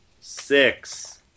six